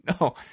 No